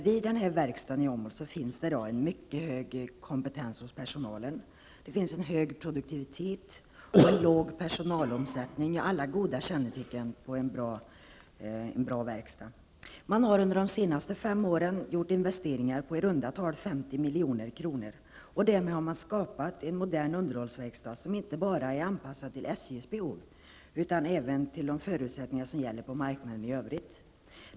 Vid denna verkstad i Åmål finns mycket hög kompetens hos personalen, hög produktivitet och låg personalomsättning -- alla goda kännetecken på en bra verkstad. Under de senaste fem åren har det gjorts investeringar på i runda tal 50 milj.kr., och därmed har en modern underhållsverkstad skapats, som är anpassad inte bara till SJs behov utan även till de förutsättningar som gäller på marknaden i övrigt.